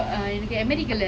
raining ah